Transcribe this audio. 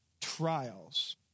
trials